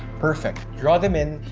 perfect, draw them in,